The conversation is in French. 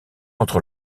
entre